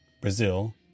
Brazil